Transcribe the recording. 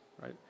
right